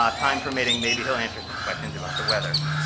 time permitting, maybe he'll answer some questions about the weather.